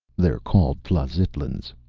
they're called tlazitlans.